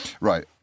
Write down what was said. Right